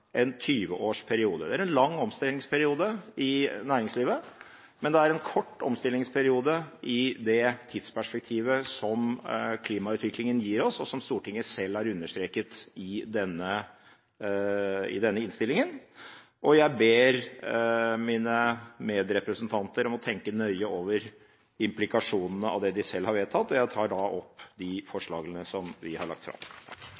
en 20-årsperiode. Det er en lang omstillingsperiode i næringslivet, men det er en kort omstillingsperiode i det tidsperspektivet som klimautviklingen gir oss, og som Stortinget selv har understreket i denne innstillingen. Jeg ber mine medrepresentanter om å tenke nøye over implikasjonene av det de selv har vedtatt. Jeg tar opp de forslagene som vi har lagt fram.